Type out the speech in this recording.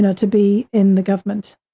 and to be in the government.